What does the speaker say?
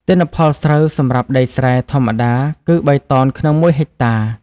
ទិន្នផលស្រូវសម្រាប់ដីស្រែ ធម្មតាគឺបីតោនក្នុងមួយហិកតា។